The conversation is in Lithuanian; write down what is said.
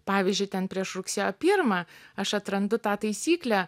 pavyzdžiui ten prieš rugsėjo pirmą aš atrandu tą taisyklę